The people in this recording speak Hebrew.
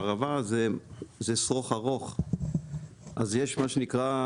הערבה זה שרוך ארוך אז יש מה שנקרא,